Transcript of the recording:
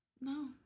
no